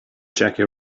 jackie